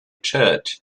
church